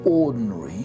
ordinary